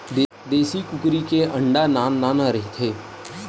देसी कुकरी के अंडा नान नान रहिथे